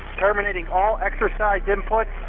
terminating all exercise inputs.